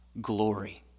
glory